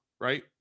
Right